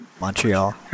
Montreal